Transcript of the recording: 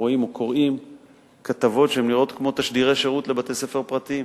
רואים או קוראים כתבות שנראות כמו תשדירי שירות לבתי-ספר פרטיים.